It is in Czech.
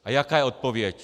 A jaká je odpověď?